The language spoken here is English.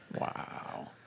Wow